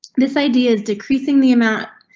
this idea is decreasing the amount.